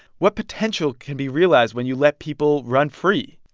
what potential can be realized when you let people run free?